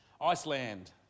Iceland